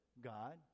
God